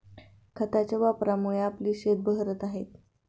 खतांच्या वापरामुळे आपली शेतं बहरत आहेत